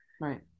Right